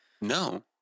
No